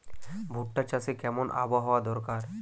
ভুট্টা চাষে কেমন আবহাওয়া দরকার?